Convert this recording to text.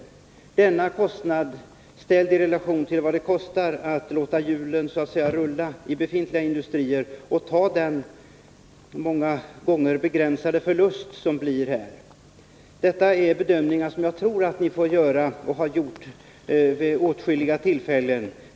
Hur utfaller dessa kostnader, i jämförelse med vad det kostar att låta hjulen rulla i befintliga industrier och ta den många gånger begränsade förlust som därvid uppkommer? Det är bedömningar som jag tror att ni på berörda departement får göra och har gjort vid åtskilliga tillfällen.